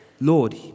Lord